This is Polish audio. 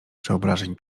przeobrażeń